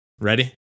Ready